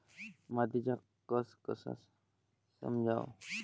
मातीचा कस कसा समजाव?